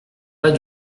pas